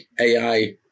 AI